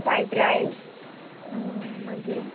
fried rice मागीर